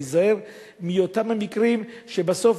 להיזהר מאותם המקרים שבסוף,